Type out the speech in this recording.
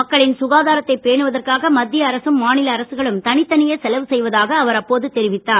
மக்களின் சுகாதாரத்தை பேனுவதற்காக மத்திய அரசம் மாநில அரசுகளும் தனித்தனியே செலவு செய்வதாக அவர் அப்போது தெரிவித்தார்